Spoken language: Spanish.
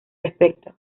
respecto